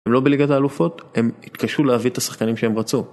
הם לא בליגת האלופות, הם התקשו להביא את השחקנים שהם רצו.